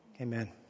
amen